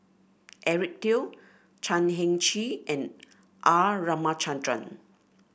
Eric Teo Chan Heng Chee and R Ramachandran